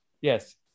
Yes